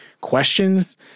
questions